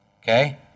okay